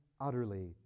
utterly